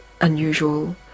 unusual